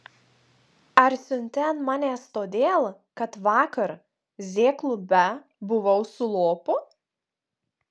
ar siunti ant manęs todėl kad vakar z klube buvau su lopu